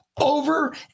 over